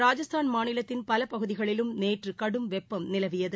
ராஜஸ்தான் மாநிலத்தின் பலபகுதிகளிலும் நேற்றுகடும் வெப்பம் நிலவியது